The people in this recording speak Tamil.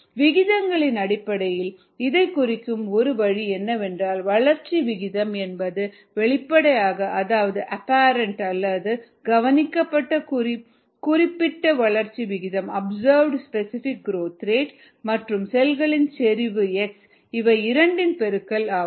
விகிதங்களின் அடிப்படையில் இதைக் குறிக்கும் ஒரு வழி என்னவென்றால் வளர்ச்சி விகிதம் என்பது வெளிப்படையான அதாவது அப்பரெண்ட் அல்லது கவனிக்கப்பட்ட குறிப்பிட்ட வளர்ச்சி விகிதம் மற்றும் செல்களின் செறிவு x இவை இரண்டின் பெருக்கல் ஆகும்